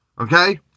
Okay